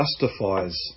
justifies